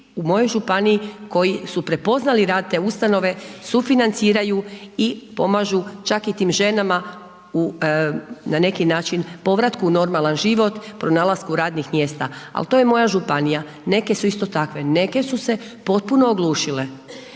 u mojoj županiji koji su prepoznali da te sufinanciraju i pomažu čak i tim ženama u na neki način povratku u normalan život, pronalasku radnih mjesta ali to je moja županija, neke su isto takve. Neke su se potpuno oglušile.